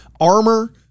armor